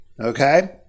okay